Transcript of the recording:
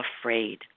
afraid